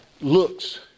looks